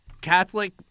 catholic